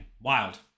Wild